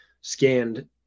scanned